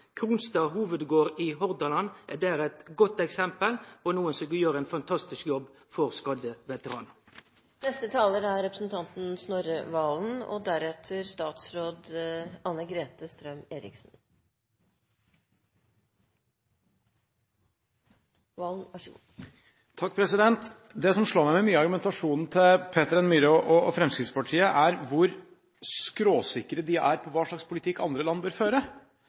Kronstad Hovedgård i Hordaland er der eit godt eksempel på nokon som gjer ein fantastisk jobb for skadde veteranar. Det som slår meg med mye av argumentasjonen til Peter N. Myhre og Fremskrittspartiet, er hvor skråsikre de er på hva slags politikk andre land bør føre.